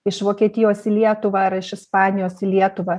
iš vokietijos į lietuvą ar iš ispanijos į lietuvą